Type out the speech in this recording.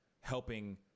helping